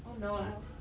oh no